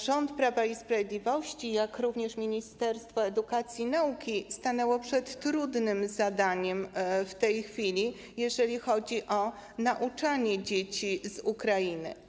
Rząd Prawa i Sprawiedliwości, jak również Ministerstwo Edukacji i Nauki stanęli przed trudnym zadaniem w tej chwili, jeżeli chodzi o nauczanie dzieci z Ukrainy.